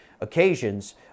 occasions